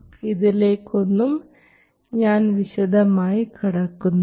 ഇതിലേക്ക് ഒന്നും ഞാൻ വിശദമായി കടക്കുന്നില്ല